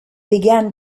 began